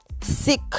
sick